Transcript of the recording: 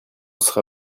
sera